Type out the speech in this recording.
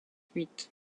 fuite